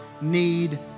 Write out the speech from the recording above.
need